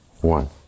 one